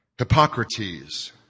Hippocrates